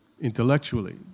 intellectually